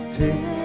take